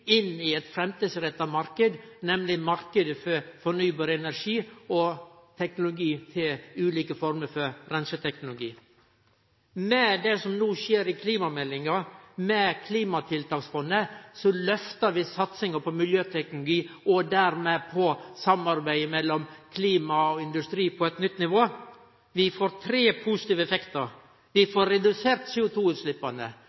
inn i ein framtidsretta marknad, nemleg marknaden for fornybar energi og ulike former for reinseteknologi. Med det som no skjer i klimameldinga, med klimatiltaksfondet, lyftar vi satsinga på miljøteknologi, og dermed på samarbeidet mellom klima og industri, til eit nytt nivå. Vi får tre positive effektar: Vi